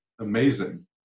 amazing